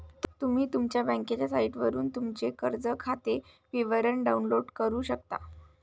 तुम्ही तुमच्या बँकेच्या साइटवरून तुमचे कर्ज खाते विवरण डाउनलोड करू शकता